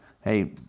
hey